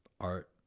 art